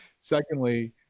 secondly